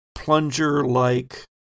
plunger-like